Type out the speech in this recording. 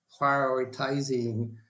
prioritizing